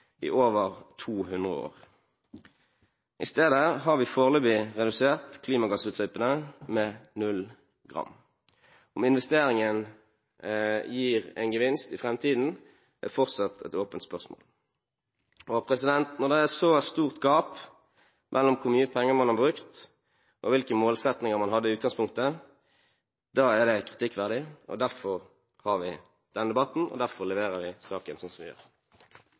i over 200 år. I stedet har vi foreløpig redusert klimagassutslippene med null gram. Om investeringen gir en gevinst i framtiden, er fortsatt et åpent spørsmål. Når det er så stort gap mellom hvor mye penger man har brukt, og hvilke målsettinger man hadde i utgangspunktet, er det kritikkverdig. Derfor har vi denne debatten, og derfor leverer vi saken sånn som vi gjør.